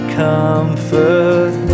comfort